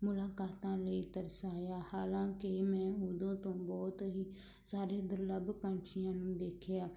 ਮੁਲਾਕਾਤਾਂ ਲਈ ਤਰਸਾਇਆ ਹਾਲਾਂਕਿ ਮੈਂ ਉਦੋਂ ਤੋਂ ਬਹੁਤ ਹੀ ਸਾਰੇ ਦੁਰਲੱਭ ਪੰਛੀਆਂ ਨੂੰ ਦੇਖਿਆ